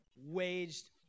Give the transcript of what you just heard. waged